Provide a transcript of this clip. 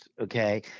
Okay